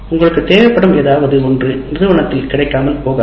உங்களுக்குத் தேவைப்படும் ஏதாவது ஒன்று நிறுவனத்தில் கிடைக்காமல் போகலாம்